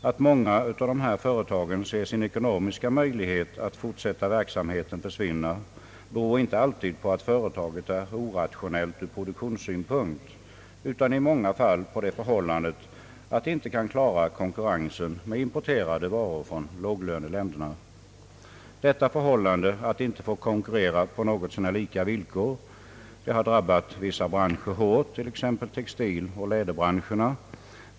Att många av dessa företag ser sin ekonomiska möjlighet att fortsätta verksamheten försvinna beror inte alltid på att företaget är orationellt ur produktionssynpunkt, utan i många fall på det förhållandet att det inte kan klara konkurrensen med från låglöneländerna importerade varor. Detta förhållande att inte få konkurrera på något så när lika villkor har drabbat vissa branscher hårt, t.ex. textiloch läderbranscherna.